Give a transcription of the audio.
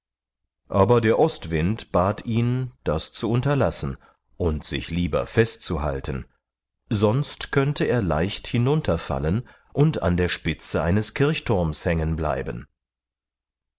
aber der ostwind bat ihn das zu unterlassen und sich lieber fest zu halten sonst könne er leicht hinunter fallen und an der spitze eines kirchturms hängen bleiben